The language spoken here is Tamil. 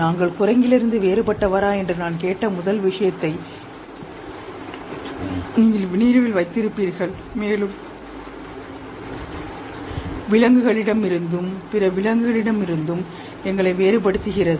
நாங்கள் குரங்கிலிருந்து வேறுபட்டவரா என்று நான் கேட்ட முதல் விஷயத்தை நீங்கள் நினைவில் வைத்திருக்கிறீர்கள் மேலும் விலங்குகளிடமிருந்தும் பிற விலங்குகளிடமிருந்தும் எங்களை வேறுபடுத்துகிறது